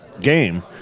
game